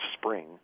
spring